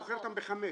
מוכר אותם בחמש.